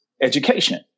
education